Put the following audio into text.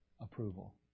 approval